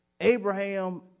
Abraham